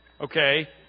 okay